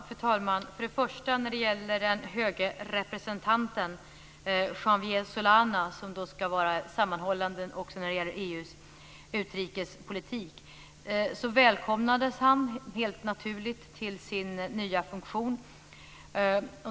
Fru talman! När det för det första gäller den höge representanten, Javier Solana, som ska vara sammanhållande också när det gäller EU:s utrikespolitik välkomnades han, helt naturligt, till sin nya funktion.